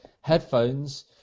Headphones